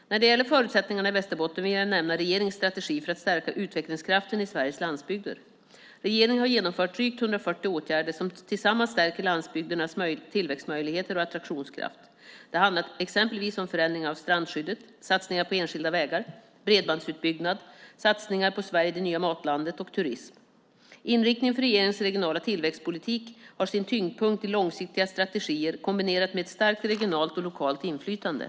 När det gäller förutsättningarna i Västerbotten vill jag nämna regeringens strategi för att stärka utvecklingskraften i Sveriges landsbygder. Regeringen har genomfört drygt 140 åtgärder som tillsammans stärker landsbygdernas tillväxtmöjligheter och attraktionskraft. Det handlar exempelvis om förändringar av strandskyddet, satsningar på enskilda vägar, bredbandsutbyggnad, satsningar på Sverige - det nya matlandet och turism. Inriktningen för regeringens regionala tillväxtpolitik har sin tyngdpunkt i långsiktiga strategier kombinerat med ett starkt regionalt och lokalt inflytande.